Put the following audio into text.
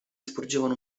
sporgevano